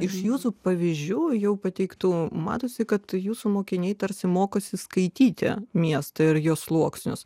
iš jūsų pavyzdžių jau pateiktų matosi kad jūsų mokiniai tarsi mokosi skaityti miesto ir jos sluoksnius